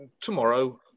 Tomorrow